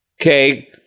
okay